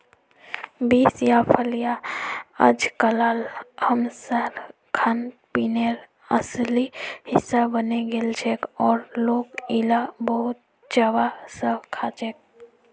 beans या फलियां अइजकाल हमसार खानपीनेर असली हिस्सा बने गेलछेक और लोक इला बहुत चाव स खाछेक